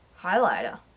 highlighter